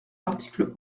l’article